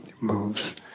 moves